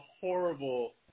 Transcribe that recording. horrible